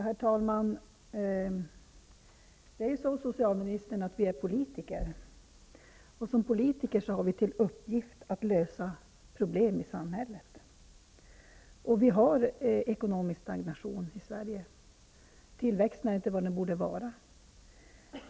Herr talman! Vi är politiker, socialministern! Som politiker har vi till uppgift att lösa problem i samhället. Det råder en ekonomisk stagnation i Sverige. Tillväxten är inte vad den borde vara.